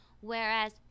whereas